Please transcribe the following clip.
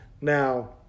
Now